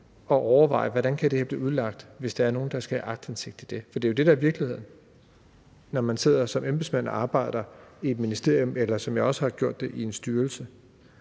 og overveje, hvordan det kan blive udlagt, hvis der er nogen, der skal have aktindsigt. Det er jo det, der er virkeligheden, når man sidder som embedsmand og arbejder i et ministerium eller i en styrelse,